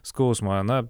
skausmą na